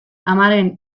amaren